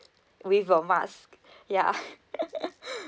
with a mask ya